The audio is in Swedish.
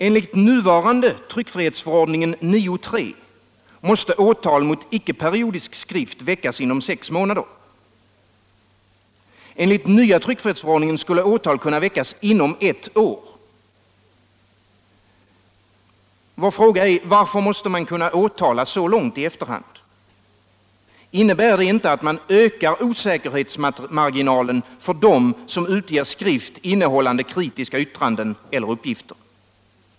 Enligt nuvarande tryckfrihetsförordning 9 kap. 3 § måste åtal mot ickeperiodisk skrift väckas inom sex månader. Enligt den nya tryckfrihetsförordningen skulle åtal kunna väckas inom ett år. Vår fråga är: Varför måste man kunna åtala så långt i efterhand? Innebär det inte att man ökar osäkerhetsmarginalen för dem som utger skrift innehållande kritiska yttranden eller uppgifter?